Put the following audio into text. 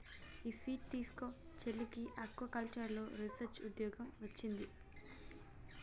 ఈ స్వీట్ తీస్కో, చెల్లికి ఆక్వాకల్చర్లో రీసెర్చ్ ఉద్యోగం వొచ్చింది